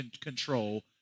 control